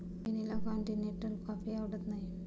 रोहिणीला continental coffee आवडत नाही